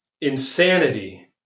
insanity